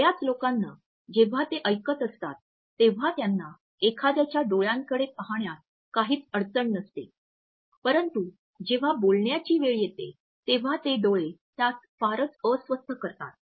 बऱ्याच लोकांना जेव्हा ते ऐकत असतात तेव्हा त्यांना एखाद्याच्या डोळ्यांकडे पाहण्यात काहीच अडचण नसते परंतु जेव्हा बोलण्याची वेळ येते तेव्हा ते डोळे त्यास फारच अस्वस्थ करतात